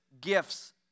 gifts